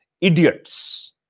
idiots